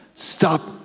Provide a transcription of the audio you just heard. Stop